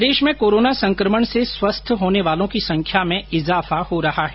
प्रदेश में कोरोना संकमण से स्वस्थ होने वालों की संख्या में इजाफा हो रहा है